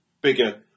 bigger